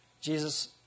Jesus